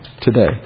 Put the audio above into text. today